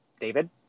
David